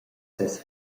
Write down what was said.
ses